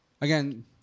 Again